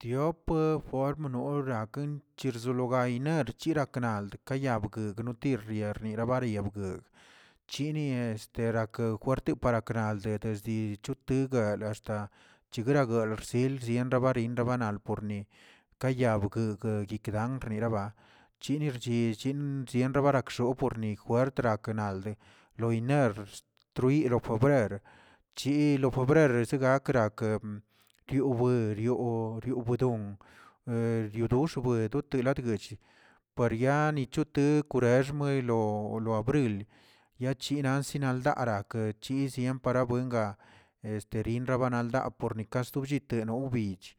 Tiop form nor raken chirzolo gayꞌ chirak nald ka yagbgueg notir riar nira bariya bgogꞌə, chini este rakə curto keraknaꞌld dedesdi choptigal asta chegaragal xsil sienrabarin rabanal por ni, ka yag bguegəꞌ yikdan riraba chinirchix sienbarakxonꞌ porni juertlaa kanaldi lo yiner struyi, lo febrer chi lo febrer ezegrakgak kiunber yoo yoo rioꞌ bedon he riodoxbə doteladguech para ya nichotekw wrexmelo lo abril yachinasi yanaaldara akechis siemparawenga este rinrabana ldaa opor nika sto llit de no wbich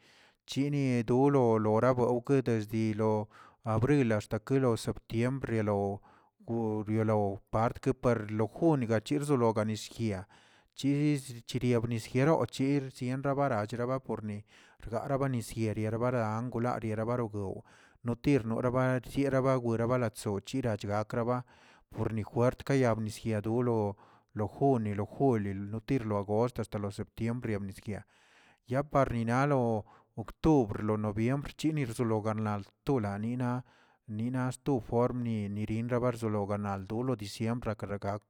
chini dololo arabewkede dezdilo abri axtake lo septiembre tomgrielo gorielo part keparli lo jun gacher zologanillguia chis chiriabianisguerit chis sienrabara cherabakorni garaba nisyee rirabara golario gorobaragow notir nora bar siera babuera balachsoch chirachgakraba, porni juert ka yebnisyedo dolo lo juni lo juli lotir lo gost axta lo septiembr yabniskya ya parrinalo octubr lonovimbr chinirgzoganad dolanina- nina sto formni nirninabazologa nald dolo diciembr akregak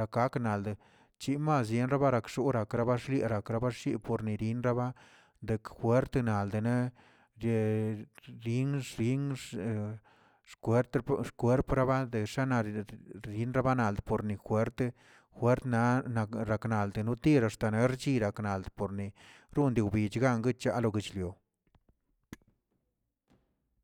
rakakꞌ naldə chin mas yenra barakxoorak gakrabarshiera gakrabaxchiela pornirinraba dek juertenald dene de lninx xnis xkwate por kwerpara dexanare rienrabanald pornijuerte juert na xakaxanald notir xtaa na erchirakra nald porni donde wbich gangue chalo guechlio